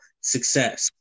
success